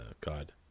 God